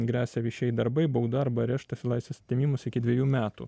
gresia viešieji darbai bauda arba areštas laisvės atėmimas iki dvejų metų